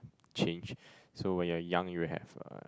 changed so when you are young you have a